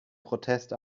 protest